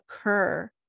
occur